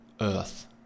earth